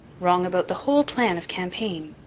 wrong about the whole plan of campaign,